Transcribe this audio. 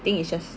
I think it's just